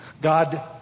God